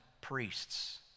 priests